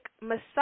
massage